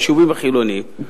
היישובים החילוניים,